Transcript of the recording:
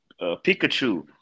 Pikachu